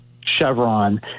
Chevron